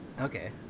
Okay